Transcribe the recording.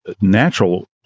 natural